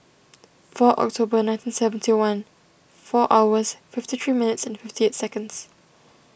four October nineteen seventy one four hours fifty three minutes and fifty eight seconds